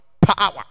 Power